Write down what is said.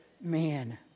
man